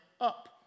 up